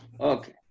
Okay